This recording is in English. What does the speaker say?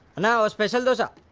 and ah a special dosa.